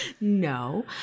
No